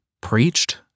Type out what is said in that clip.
preached